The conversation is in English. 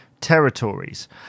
territories